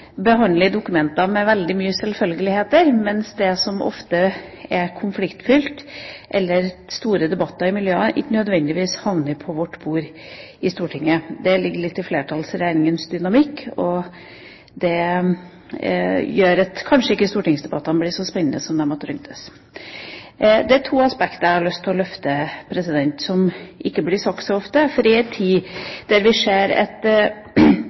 behandler dokumenter med stor grad av selvfølgelighet, mens det som ofte er konfliktfylt, eller store debatter i miljøer, ikke nødvendigvis havner på vårt bord i Stortinget. Det ligger litt i flertallsregjeringens dynamikk, og det gjør at stortingsdebattene kanskje ikke blir så spennende som de burde være. Det er to aspekter jeg har lyst til å løfte, som ikke blir nevnt så ofte. Vi ser